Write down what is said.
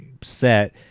set